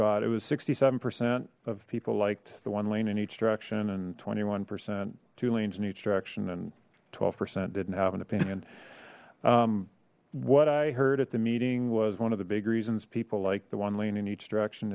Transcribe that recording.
got it was sixty seven percent of people liked the one lane in each direction and twenty one percent two lanes in each direction and twelve percent didn't have an opinion what i heard at the meeting was one of the big reasons people like the one lane in each direction